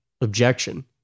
objection